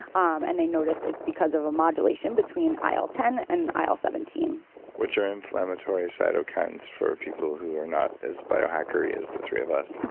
um and they noticed it's because of a modulation between aisle ten and aisle seventeen which are inflammatory cytokines for people who are not as bio-hackery as the three of us.